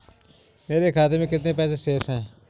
मेरे खाते में कितने पैसे शेष हैं?